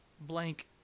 blank